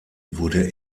wurde